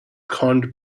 corned